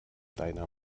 deiner